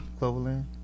Cloverland